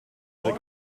den